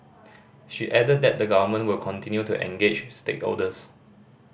she added that the Government will continue to engage stakeholders